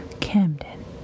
Camden